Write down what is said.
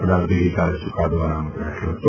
અદાલતે ગઇકાલે ચૂકાદો અનામત રાખ્યો હતો